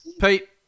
Pete